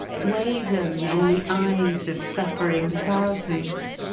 weigh them, in the eyes of suffering thousands,